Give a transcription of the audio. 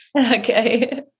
Okay